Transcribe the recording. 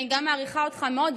אני מעריכה אותך מאוד.